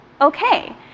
okay